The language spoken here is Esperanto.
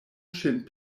ŝin